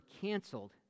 canceled